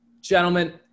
gentlemen